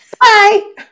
bye